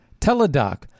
TeleDoc